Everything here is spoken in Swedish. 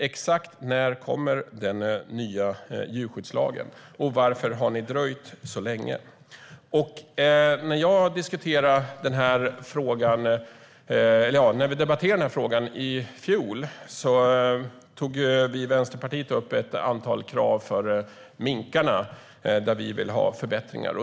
Exakt när kommer den nya djurskyddslagen, och varför har den dröjt så länge? När vi debatterade denna fråga i fjol tog Vänsterpartiet upp ett antal krav på förbättringar för minkarna.